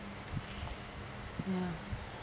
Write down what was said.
ya